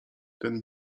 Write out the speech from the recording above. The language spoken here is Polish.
ten